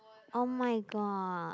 oh-my-god